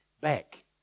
back